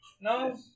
No